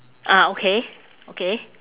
ah okay okay